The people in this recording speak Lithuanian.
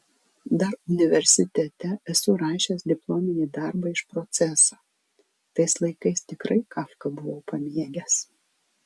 dar universitete esu rašęs diplominį darbą iš proceso tais laikais tikrai kafką buvau pamėgęs